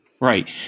Right